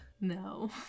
no